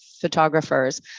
photographers